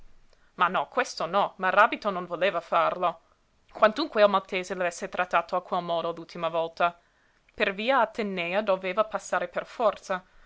ma no questo no maràbito non voleva farlo quantunque il maltese l'avesse trattato a quel modo l'ultima volta per via atenèa doveva passare per forza